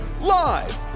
live